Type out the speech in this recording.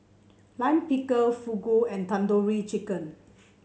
Lime Pickle Fugu and Tandoori Chicken